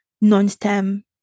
non-STEM